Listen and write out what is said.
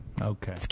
Okay